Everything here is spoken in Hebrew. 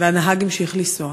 והנהג המשיך לנסוע.